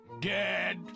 dead